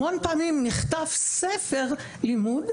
המון פעמים נכתב ספר לימוד,